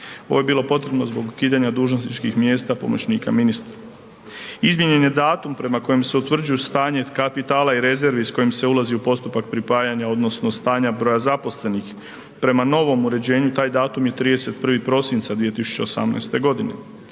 Ovo je bilo potrebno zbog ukidanja dužnosničkih mjesta pomoćnika ministra. Izmijenjen je datum prema kojem se utvrđuju stanje kapitala i rezervi s kojim se ulazi u postupak pripajanja odnosno stanja broja zaposlenih. Prema novom uređenju taj datum je 31. prosinca 2018. godine